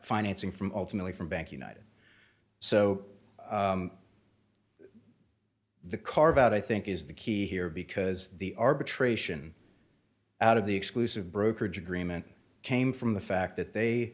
financing from ultimately from bank united so the carve out i think is the key here because the arbitration out of the exclusive brokerage agreement came from the fact that they